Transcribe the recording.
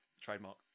Trademark